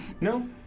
No